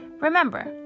remember